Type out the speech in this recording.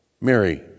Mary